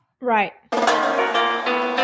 Right